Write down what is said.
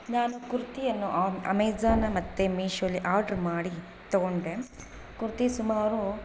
ನಾನು ಕುರ್ತಿಯನ್ನು ಆಮ್ ಅಮೆಝಾನ್ ಮತ್ತೆ ಮೀಶೋಲಿ ಆರ್ಡ್ರ್ ಮಾಡಿ ತಗೊಂಡೆ ಕುರ್ತಿ ಸುಮಾರು